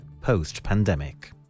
post-pandemic